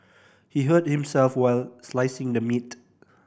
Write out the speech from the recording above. he hurt himself while slicing the meat